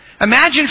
Imagine